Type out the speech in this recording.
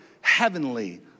heavenly